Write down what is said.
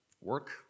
work